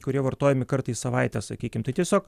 kurie vartojami kartą į savaitę sakykim tai tiesiog